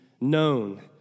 known